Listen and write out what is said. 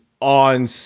on